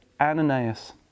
Ananias